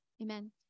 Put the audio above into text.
Amen